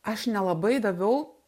aš nelabai daviau